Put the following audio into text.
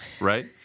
right